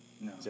no